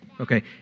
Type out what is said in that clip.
Okay